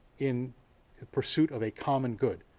in pursuit of a common good.